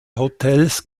hotels